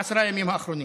בעשרה הימים האחרונים: